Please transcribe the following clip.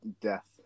death